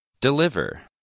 Deliver